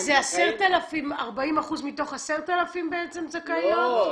40% מתוך 10,000 בעצם זכאיות?